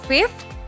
Fifth